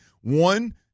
one